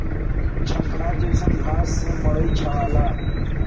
झंखार जईसन घास से मड़ई छावला